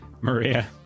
Maria